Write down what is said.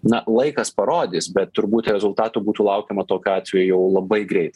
na laikas parodys bet turbūt rezultatų būtų laukiama tokiu atveju jau labai greit